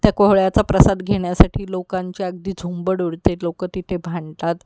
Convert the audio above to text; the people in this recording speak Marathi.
त्या कोहळ्याचा प्रसाद घेण्यासाठी लोकांच्या अगदी झंबड उडते लोक तिथे भांडतात